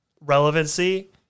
relevancy